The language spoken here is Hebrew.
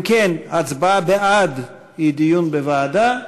אם כן, ההצבעה בעד היא דיון בוועדה,